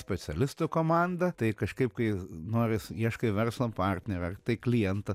specialistų komanda tai kažkaip kai noris ieškai verslo partnerio ar tai klientą